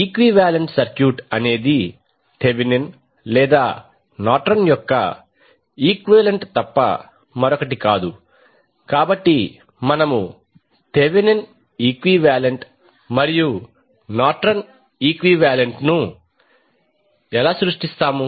equivalent circuit అనేది Thevenin లేదా Norton యొక్క ఈక్వలెంట్ తప్ప మరొకటి కాదు కాబట్టి మనము థెవెనిన్ ఈక్వివాలెంట్ మరియు నార్టన్ ఈక్వివాలెంట్ ను ఎలా సృష్టిస్తాము